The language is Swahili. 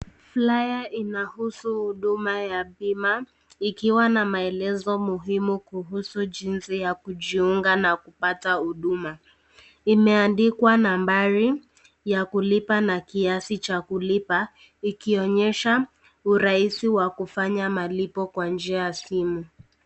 Flyer inahusu huduma ya bima, ikiwa na maelezo muhimu kuhusu jinsi ya kujiunga na kupata huduma . Imeandikwa nambari ya kulipa na kiasi cha kulipa ikionyesha urahisi wa kufanya malipo kwa njia ya simu.